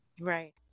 Right